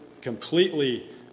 completely